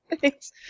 Thanks